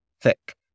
thick